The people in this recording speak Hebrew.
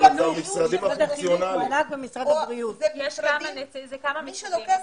יש כמה מישורים.